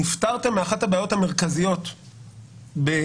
נפטרתם מאחת הבעיות המרכזיות בדמוקרטיה.